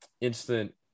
instant